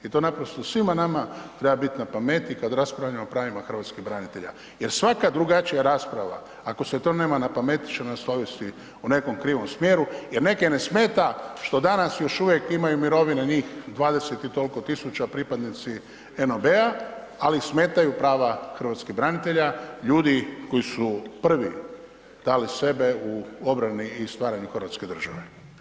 I to naprosto svima nama treba biti na pameti kad raspravljamo o pravima hrvatskih branitelja jer svaka drugačija rasprava ako se to nema na pameti će nas odvesti u nekom krivom smjeru jer neke ne smeta što danas još uvijek imaju mirovine njih 20 i toliko tisuća pripadnici NOB-a, ali ih smetaju prava hrvatskih branitelja, ljudi koji su prvi dali sebe u obrani i stvaranju Hrvatske države.